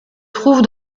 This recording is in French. trouve